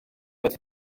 oed